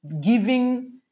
giving